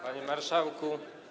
Panie Marszałku!